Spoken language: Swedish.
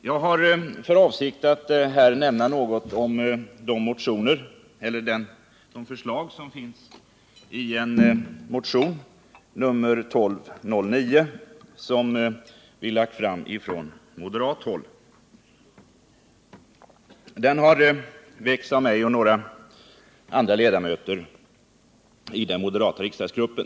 Herr talman! Jag har för avsikt att tala om några av de förslag som förts fram i motionen nr 1209. Den har väckts av mig och några andra ledamöter i den moderata riksdagsgruppen.